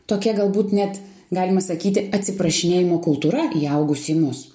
tokia galbūt net galima sakyti atsiprašinėjimo kultūra įaugusi į mus